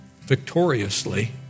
victoriously